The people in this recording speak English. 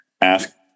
ask